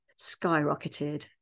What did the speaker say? skyrocketed